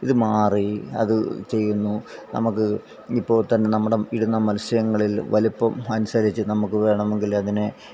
ഇത് മാറി അത് ചെയ്യുന്നു നമുക്ക് ഇപ്പോൾത്തന്നെ നമ്മുടെ ഇടുന്ന മൽസ്യങ്ങളിൽ വലുപ്പം അനുസരിച്ച് നമുക്ക് വേണമെങ്കിൽ അതിനെ